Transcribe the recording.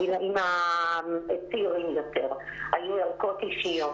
בגילאים הצעירים יותר היו ערכות אישיות.